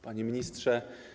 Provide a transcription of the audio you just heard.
Panie Ministrze!